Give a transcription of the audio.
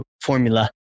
formula